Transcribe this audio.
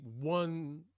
one